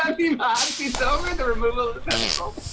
i mean ah seat's over, the removal of the pencil?